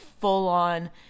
full-on